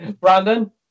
Brandon